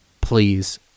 please